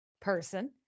person